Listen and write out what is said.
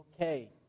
okay